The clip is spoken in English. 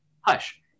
Hush